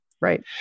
right